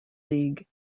league